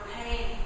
pain